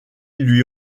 lui